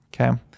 okay